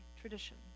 tradition